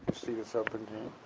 see the serpentine?